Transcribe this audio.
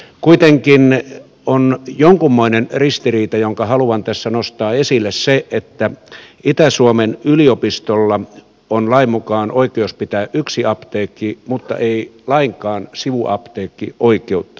kuitenkin on jonkunmoinen ristiriita jonka haluan tässä nostaa esille se että itä suomen yliopistolla on lain mukaan oikeus pitää yksi apteekki mutta ei lainkaan sivuapteekkioikeutta